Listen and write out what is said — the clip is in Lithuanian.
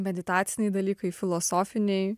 meditaciniai dalykai filosofiniai